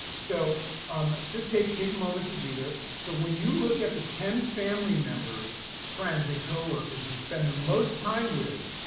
so um just take a moment to do this. so when you look at the ten family members, friends, and co-workers you spend the most time with,